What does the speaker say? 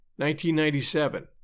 1997